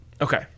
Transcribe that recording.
Okay